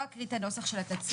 אני לא אקריא את הנוסח של התצהיר.